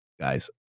guys